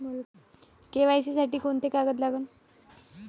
KYC साठी कोंते कागद लागन?